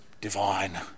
divine